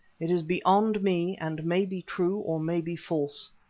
it is beyond me and may be true or may be false.